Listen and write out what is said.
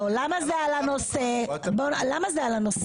זה על הנושא ואומר לך מדוע.